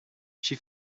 she